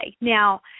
Now